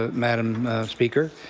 ah madam speaker,